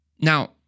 Now